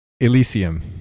Elysium